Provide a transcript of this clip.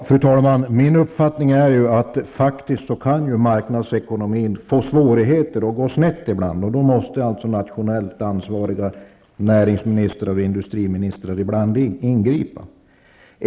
Fru talman! Min uppfattning är att marknadsekonomin ibland kan få svårigheter och gå snett, och då måste nationellt ansvariga näringsministrar och industriministrar ingripa.